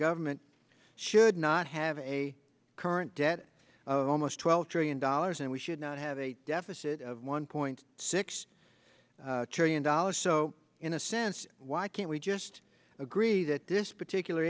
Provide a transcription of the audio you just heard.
government should not have a current debt of almost twelve trillion dollars and we should not have a deficit of one point six trillion dollars so in a sense why can't we just agree that this particular